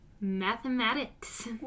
mathematics